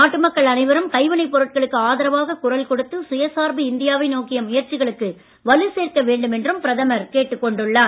நாட்டு மக்கள் அனைவரும் கைவினைப் அவர் பொருட்களுக்கு ஆதரவாகக் குரல் கொடுத்து சுயசார்பு இந்தியா வை நோக்கிய முயற்சிகளுக்கு வலுச் சேர்க்கவேண்டும் என்றும் பிரதமர் கேட்டுக் கொண்டுள்ளார்